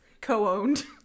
co-owned